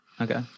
Okay